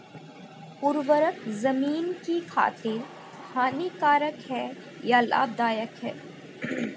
उर्वरक ज़मीन की खातिर हानिकारक है या लाभदायक है?